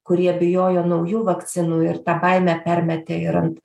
kurie bijojo naujų vakcinų ir tą baimę permetė ir ant